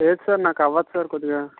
లేదు సార్ నాకు అవ్వదు సార్ కొద్దిగా